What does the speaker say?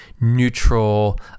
neutral